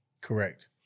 Correct